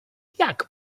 jak